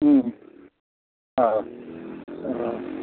অঁ অঁ